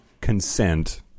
consent